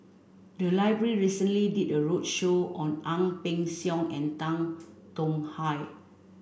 the library recently did a roadshow on Ang Peng Siong and Tan Tong Hye